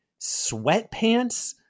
sweatpants